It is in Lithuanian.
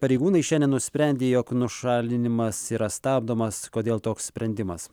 pareigūnai šiandien nusprendė jog nušalinimas yra stabdomas kodėl toks sprendimas